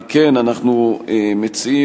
על כן אנחנו מציעים,